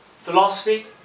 philosophy